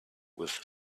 with